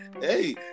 Hey